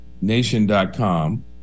nation.com